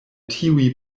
tiuj